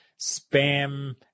spam